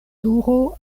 turo